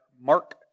Mark